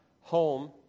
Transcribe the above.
home